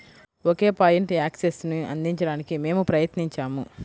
ఒకే point యాక్సెస్ను అందించడానికి మేము ప్రయత్నించాము